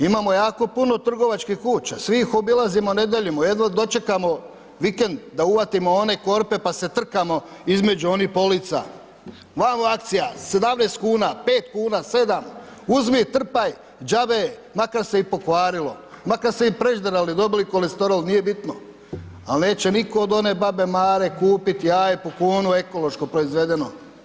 Imamo jako puno trgovačkih kuća, svi ih obilazimo nedjeljom, jedva dočekamo vikend da uvatimo one korpe, pa se trkamo između onih polica, vau akcija, 17,00 kn, 5,00 kn, 7, uzmi, trpaj, džabe, makar se i pokvarilo, makar se i prežderali, dobili kolesterol, nije bitno, al neće nitko od one babe Mare kupiti jaje po kunu, ekološko proizvedeno.